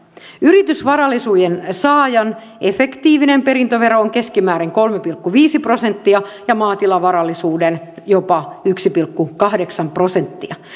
yritysvarallisuuden saajan efektiivinen perintövero on keskimäärin kolme pilkku viisi prosenttia ja maatilavarallisuuden jopa yksi pilkku kahdeksan prosenttia